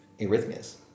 arrhythmias